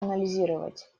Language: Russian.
анализировать